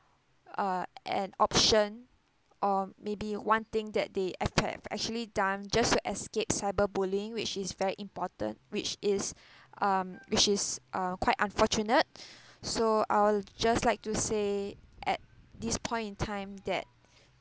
a an option or maybe one thing that they attack actually done just to escape cyber bullying which is very important which is um which is err quite unfortunate so I'll just like to say at this point in time that